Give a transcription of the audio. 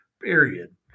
period